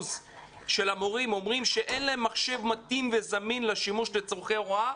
של המורים אומרים שאין להם מחשב מתאים וזמין לשימוש לצרכי הוראה,